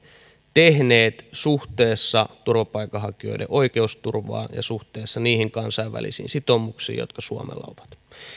tehneet suhteessa turvapaikanhakijoiden oikeusturvaan ja suhteessa niihin kansainvälisiin sitoumuksiin jotka suomella